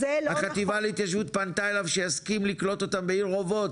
החטיבה להתיישבות פנתה אליו וביקשה שיסכים לקלוט אותם בעיר אובות,